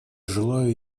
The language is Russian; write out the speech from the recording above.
желаю